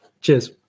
Cheers